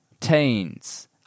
teens